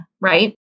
Right